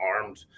armed